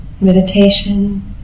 Meditation